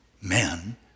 men